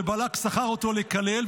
ובלק שכר אותו לקלל.